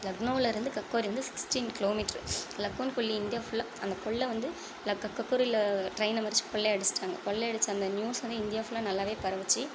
லக்னோவில் இருந்து கக்கோரி வந்து சிக்ஸ்ட்டீன் கிலோமீட்ரு லக்கொன் கொள்ளி இந்தியா ஃபுல்லா அந்த கொள்ளை வந்து கக்கோரில ட்ரெயினை மறிச்சி கொள்ளை அடிச்சிட்டாங்கள் கொள்ளை அடித்த அந்த நியூஸ் வந்து இந்தியா ஃபுல்லா நல்லாவே பரவிச்சு